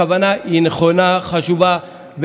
הכוונה היא נכונה וחשובה.